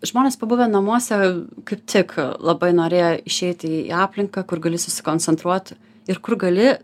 žmonės pabuvę namuose kaip tik labai norėjo išeiti į aplinką kur gali susikoncentruot ir kur gali